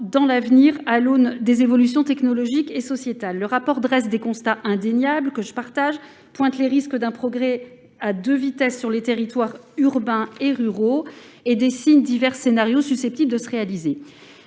dans l'avenir à l'aune des évolutions technologiques et sociétales. Le rapport dresse des constats indéniables, que je partage, pointe le risque d'un progrès à deux vitesses entre les territoires urbains et ruraux, et dessine divers scénarios susceptibles de se réaliser.